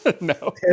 No